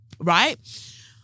Right